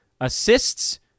assists